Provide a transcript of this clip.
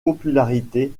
popularité